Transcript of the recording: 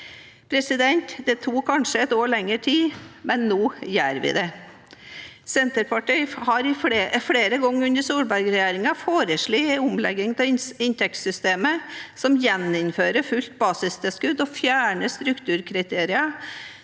er over.» Det tok kanskje ett år lengre tid, men nå gjør vi det. Senterpartiet har flere ganger under Solberg-regjeringen foreslått en omlegging av inntektssystemet som gjeninnfører fullt basistilskudd og fjerner strukturkriterier